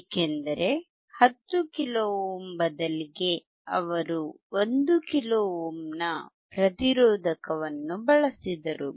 ಏಕೆಂದರೆ 10 kilo ohm ಬದಲಿಗೆ ಅವರು ಒಂದು ಕಿಲೋ ಓಮ್ನ ಪ್ರತಿರೋಧಕವನ್ನು ಬಳಸಿದರು